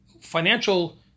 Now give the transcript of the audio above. financial